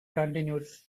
continued